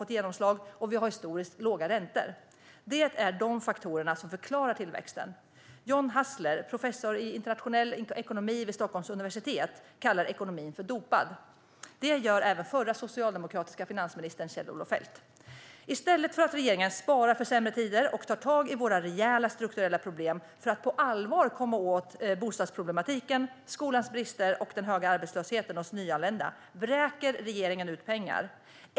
Dessutom har Alliansens reformer fått genomslag. Det är de faktorerna som förklarar tillväxten. John Hassler, professor vid Institutet för internationell ekonomi vid Stockholms universitet, kallar ekonomin för dopad. Det gör även den tidigare socialdemokratiska finansministern Kjell-Olof Feldt. I stället för att spara för sämre tider och ta tag i våra rejäla strukturella problem för att på allvar komma åt bostadsproblematiken, skolans brister och den höga arbetslösheten hos nyanlända vräker regeringen ut pengar.